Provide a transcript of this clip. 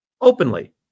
Openly